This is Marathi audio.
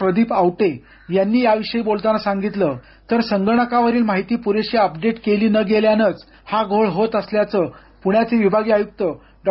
प्रदीप आवटे यांनी याविषयी बोलताना सांगितलं तर संगणकावरील माहिती पुरेशी अपडेट केली न गेल्यानं हा घोळ होत असल्याचं स्पष्टीकरण पुण्याचे विभागीय आयुक्त डॉ